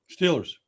Steelers